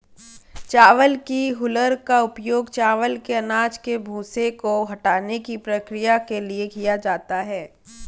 चावल की हूलर का उपयोग चावल के अनाज के भूसे को हटाने की प्रक्रिया के लिए किया जाता है